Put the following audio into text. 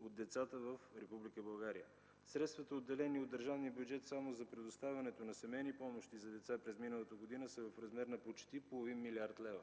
от децата в Република България. Средствата, отделени в държавния бюджет само за предоставянето на семейни помощи за деца през миналата година, са в размер на почти половин милиард лева,